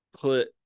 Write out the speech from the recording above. put